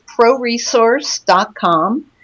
ProResource.com